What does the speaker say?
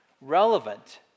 Relevant